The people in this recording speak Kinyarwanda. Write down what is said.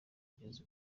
kugeza